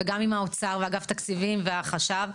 וגם עם האוצר ואגף תקציבים והחשב,